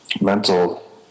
mental